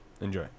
enjoy